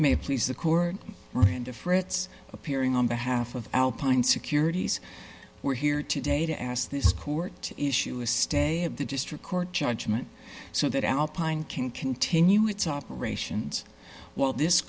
may please the court we're going to fritz appearing on behalf of alpine securities we're here today to ask this court issue a stay of the district court judgment so that alpine can continue its operations while this